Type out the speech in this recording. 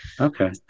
Okay